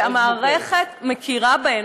והמערכת מכירה בהן,